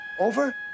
Over